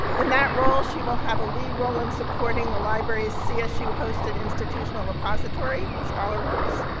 in that role, she will have a lead role in supporting the library's csu-hosted institutional repository scholarworks,